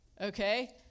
Okay